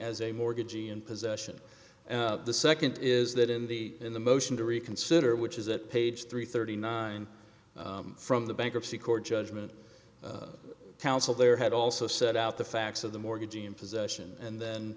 as a mortgage e in possession and the second is that in the in the motion to reconsider which is that page three thirty nine from the bankruptcy court judgment council there had also set out the facts of the mortgagee in possession and